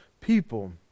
people